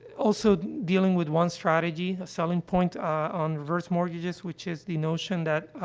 also dealing with one strategy, a selling point, ah, on reverse mortgages, which is the notion that,